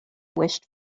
wished